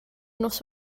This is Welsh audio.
nos